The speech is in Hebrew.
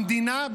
במדינה,